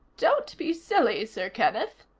don't be silly, sir kenneth,